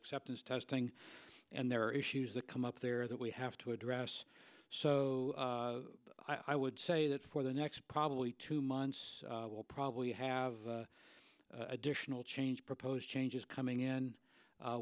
acceptance testing and there are issues that come up there that we have to address so i would say that for the next probably two months we'll probably have additional change proposed changes coming in